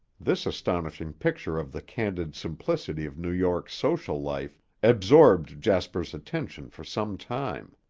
this astonishing picture of the candid simplicity of new york's social life absorbed jasper's attention for some time.